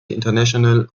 international